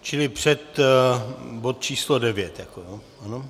Čili před bod číslo 9, ano.